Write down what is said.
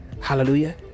Hallelujah